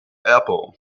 apple